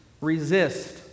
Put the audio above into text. resist